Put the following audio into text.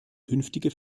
künftige